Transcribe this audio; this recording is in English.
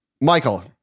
Michael